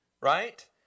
Right